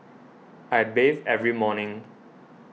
I bathe every morning